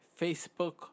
Facebook